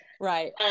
right